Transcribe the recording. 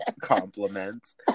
compliments